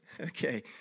Okay